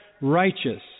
righteous